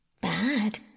Bad